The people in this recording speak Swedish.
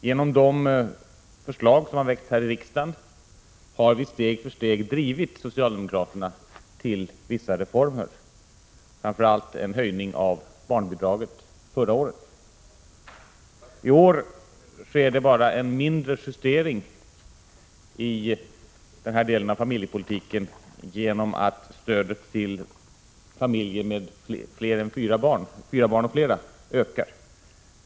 Genom de förslag som har väckts här i riksdagen har vi steg för steg drivit socialdemokraterna till vissa reformer, framför allt en höjning av barnbidragen förra året. I år sker det bara en mindre justering i denna del av familjepolitiken genom att stödet till familjer med fyra eller fler barn ökar.